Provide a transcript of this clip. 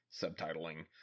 subtitling